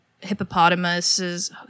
hippopotamuses